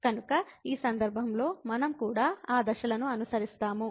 కాబట్టి ఈ సందర్భంలో మనం కూడా ఆ దశలను అనుసరిస్తాము